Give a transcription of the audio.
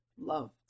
Loved